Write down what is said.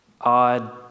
odd